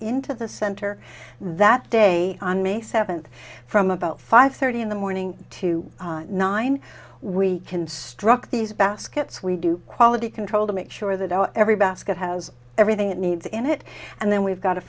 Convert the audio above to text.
into the center that day on may seventh from about five thirty in the morning to nine we construct these baskets we do quality control to make sure that every basket has everything it needs in it and then we've got a